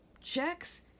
checks